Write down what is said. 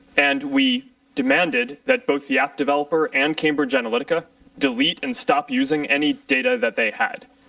and we demanded that both the app developer and cambridge analytica decleat and stop using any data that they had.